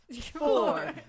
four